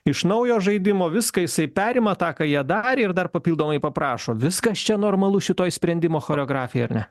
iš naujo žaidimo viską jisai perima taką jie darė ir dar papildomai paprašo viskas čia normalu šitoj sprendimo choreografijoj ne